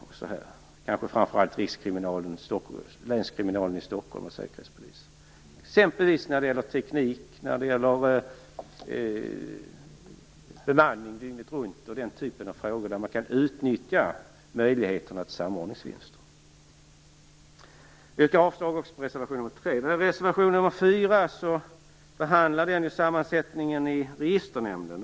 Det gäller kanske framför allt Rikskriminalen, Länskriminalen i Stockholm och Säkerhetspolisen när det gäller t.ex. teknik, bemanning dygnet runt och den typen av frågor där man kan utnyttja möjligheterna till samordningsvinster. Jag yrkar avslag också på reservation nr 3. Registernämnden.